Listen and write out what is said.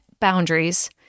boundaries